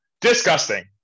Disgusting